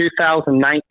2019